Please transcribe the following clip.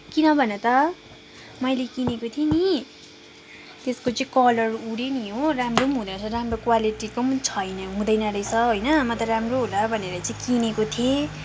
किन भन त मैले किनेको थिएँ नि त्यसको चाहिँ कलर उड्यो नि हो राम्रो पनि हुँदैन रहेछ राम्रो क्वालिटीको पनि छैन हुँदैन रहेछ म त राम्रो होला भनेर चाहिँ किनेको थिएँ